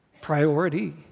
priority